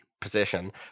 position